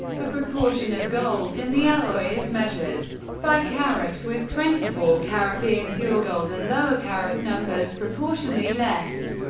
the proportion of gold in the alloy is measured by karat, with twenty four karat being pure gold, and lower karat numbers proportionally less.